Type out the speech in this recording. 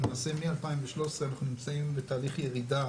למעשה מ-2013 אנחנו נמצאים בתהליך ירידה